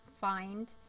find